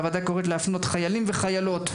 הוועדה קוראת להפנות חיילים וחיילות,